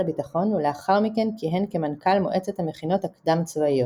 הביטחון ולאחר מכן כיהן כמנכ"ל מועצת המכינות הקדם צבאיות.